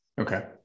Okay